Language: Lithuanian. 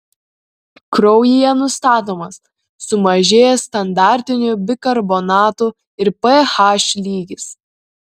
kraujyje nustatomas sumažėjęs standartinių bikarbonatų ir ph lygis